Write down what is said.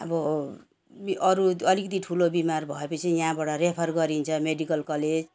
अब बि अरू अलिकति ठुलो बिमार भएपछि यहाँबाट रेफर गरिन्छ मेडिकल कलेज